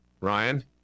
Ryan